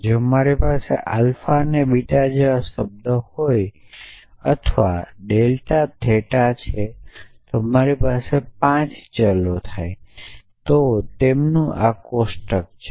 જો મારી પાસે આલ્ફા અને બીટા જેવા શબ્દો હોય અથવા ડેલ્ટા થેટા છે અને મારી પાસે 5 ચલો છે તો તેનું આ કોષ્ટક છે